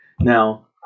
Now